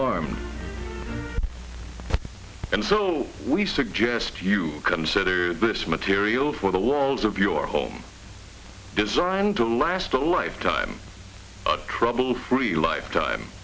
norm and so we suggest you consider this material for the lulz of your home designed to last a lifetime trouble free lifetime